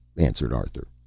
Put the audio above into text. answered arthur.